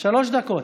שלוש דקות.